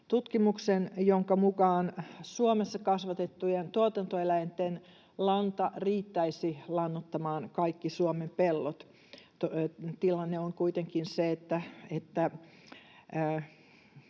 tutkimuksen, jonka mukaan Suomessa kasvatettujen tuotantoeläinten lanta riittäisi lannoittamaan kaikki Suomen pellot. Tilanne on kuitenkin se, että